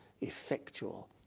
effectual